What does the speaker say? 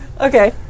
Okay